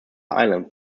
islands